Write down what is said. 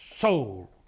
soul